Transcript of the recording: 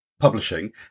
publishing